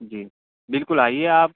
جی بالکل آئیے آپ